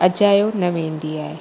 अजायो न वेंदी आहे